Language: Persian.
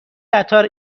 قطار